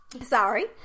Sorry